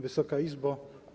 Wysoka Izbo!